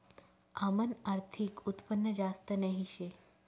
आमनं आर्थिक उत्पन्न जास्त नही शे